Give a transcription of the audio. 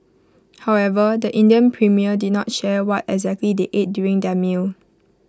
however the Indian premier did not share what exactly they ate during their meal